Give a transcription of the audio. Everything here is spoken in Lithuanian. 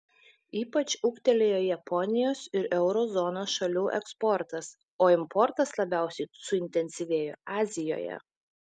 ypač ūgtelėjo japonijos ir euro zonos šalių eksportas o importas labiausiai suintensyvėjo azijoje